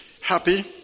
happy